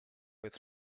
with